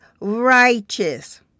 righteous